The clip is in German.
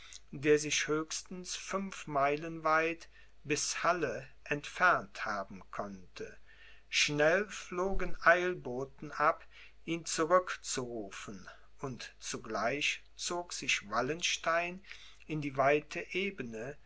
der sich höchstens fünf meilen weit bis halle entfernt haben konnte schnell flogen eilboten ab ihn zurückzurufen und zugleich zog sich wallenstein in die weite ebene